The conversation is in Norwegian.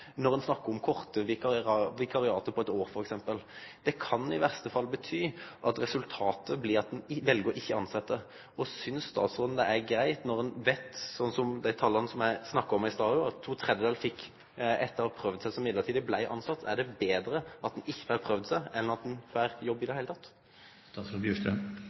om korte vikariat på eitt år f.eks. Det kan i verste fall bety at resultatet blir at ein vel ikkje å tilsetje. Synest ikkje statsråden – når ein veit, med dei tala eg brukte i stad, at to tredelar, etter å ha fått prøvd seg i ei midlertidig tilsetjing, blei tilsett – at det er betre at ein får prøvd seg enn at ein ikkje får jobb i